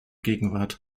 gegenwart